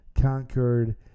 conquered